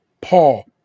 Paul